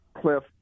Cliff